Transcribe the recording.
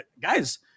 guys